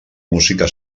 música